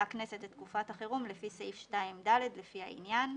הוועדה את תקופת החירום לפי סעיף 2(ד) לפי העניין".